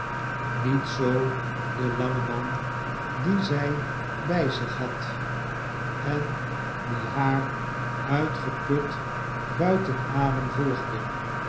met zoo de lange man dien zij bij zich had en die haar uitgeput buiten adem volgde